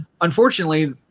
unfortunately